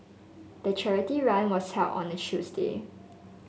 the charity run was held on a Tuesday